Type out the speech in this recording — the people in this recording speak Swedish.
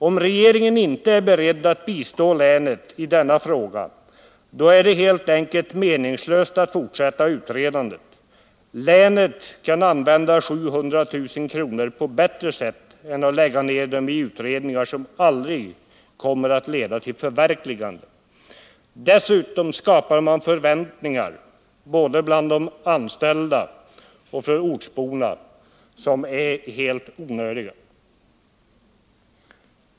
Om regeringen inte är beredd att bistå länet i denna fråga, 17 december 1979 är det oc helt meningslöst att for sätta utredandet. Länet kan använda 700 000 kr. på bättre sätt än att lägga ned dem i utredningar som aldrig Om en skoglig kommer att leda till förverkligande. Dessutom skapar man förväntningar = basindustri i Hissbåde hos de anställda och hos ortsborna, förväntningar som är helt onödiga. mofors, m.m.